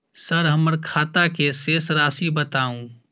Sir हमर खाता के शेस राशि बताउ?